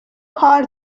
کار